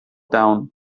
down